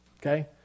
Okay